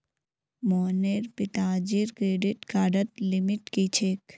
मोहनेर पिताजीर क्रेडिट कार्डर लिमिट की छेक